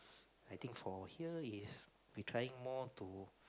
I think for here is we trying more to